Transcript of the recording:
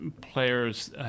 players